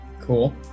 Cool